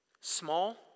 Small